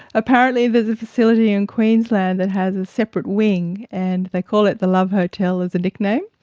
apparently there is a facility in queensland that has a separate wing, and they call it the love hotel as a nickname,